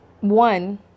One